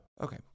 Okay